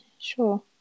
sure